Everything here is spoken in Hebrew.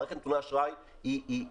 מערכת נתוני האשראי היא באמת